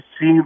see